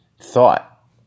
thought